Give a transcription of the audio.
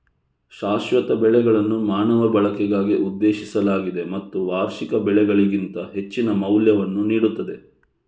ಶಾಶ್ವತ ಬೆಳೆಗಳನ್ನು ಮಾನವ ಬಳಕೆಗಾಗಿ ಉದ್ದೇಶಿಸಲಾಗಿದೆ ಮತ್ತು ವಾರ್ಷಿಕ ಬೆಳೆಗಳಿಗಿಂತ ಹೆಚ್ಚಿನ ಮೌಲ್ಯವನ್ನು ನೀಡುತ್ತದೆ